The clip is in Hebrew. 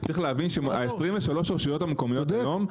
צריך להבין ש- 23 הרשויות המקומיות היום,